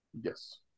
Yes